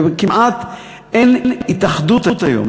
כמעט אין התאחדות היום,